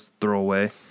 throwaway